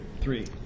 Three